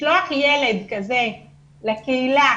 לשלוח ילד כזה לקהילה